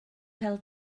bêl